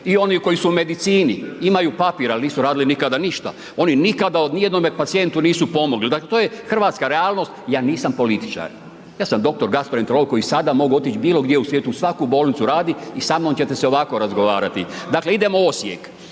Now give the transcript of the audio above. I oni koji su u medicini, imaju papir ali nisu radili nikada ništa, oni nikada ni jednome pacijentu nisu pomogli, dakle to je hrvatska realnost, ja nisam političar, ja sam dr. gastroenterolog koji sada mogu otići bilo gdje u svijetu u svaku bolnicu raditi i samnom ćete se ovako razgovarati. Dakle idemo Osijek.